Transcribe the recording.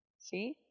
See